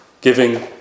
Giving